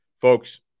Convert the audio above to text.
folks